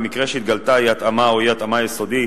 במקרה שהתגלתה אי-התאמה או אי-התאמה יסודית